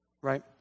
right